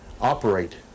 operate